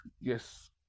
yes